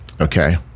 Okay